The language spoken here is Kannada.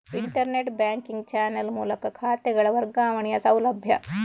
ಇಂಟರ್ನೆಟ್ ಬ್ಯಾಂಕಿಂಗ್ ಚಾನೆಲ್ ಮೂಲಕ ಖಾತೆಗಳ ವರ್ಗಾವಣೆಯ ಸೌಲಭ್ಯ